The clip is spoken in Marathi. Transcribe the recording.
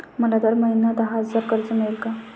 मला दर महिना दहा हजार कर्ज मिळेल का?